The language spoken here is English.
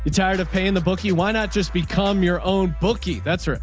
ah tired of paying the bookie. why not just become your own bookie that's right.